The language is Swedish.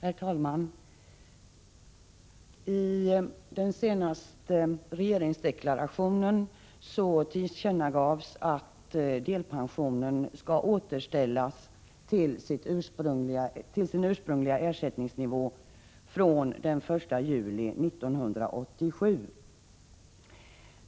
Herr talman! I den senaste regeringsdeklarationen tillkännagavs att delpensionen skall återställas till sin ursprungliga ersättningsnivå från den 1 juli 1987.